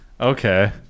Okay